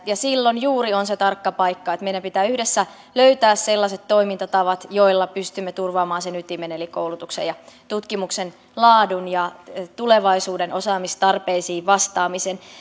ja silloin juuri on se tarkka paikka että meidän pitää yhdessä löytää sellaiset toimintatavat joilla pystymme turvaamaan sen ytimen eli koulutuksen ja tutkimuksen laadun ja tulevaisuuden osaamistarpeisiin vastaamisen